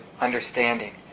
understanding